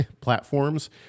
platforms